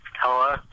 Hello